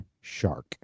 Shark